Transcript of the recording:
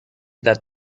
that